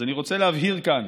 אז אני רוצה להבהיר כאן